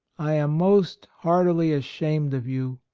i am most heartily ashamed of you!